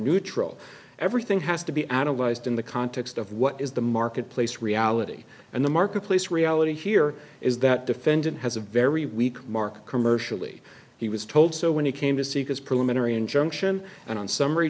neutral everything has to be advised in the context of what is the marketplace reality and the marketplace reality here is that defendant has a very weak mark commercially he was told so when he came to seek his preliminary injunction and on summary